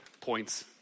points